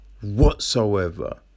whatsoever